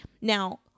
Now